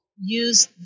use